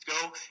go